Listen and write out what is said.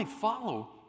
follow